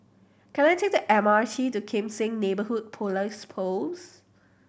can I take the M R T to Kim Seng Neighbourhood Police Post